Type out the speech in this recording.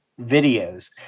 videos